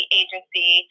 agency